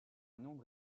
nombre